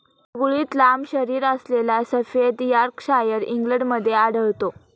गुळगुळीत लांब शरीरअसलेला सफेद यॉर्कशायर इंग्लंडमध्ये आढळतो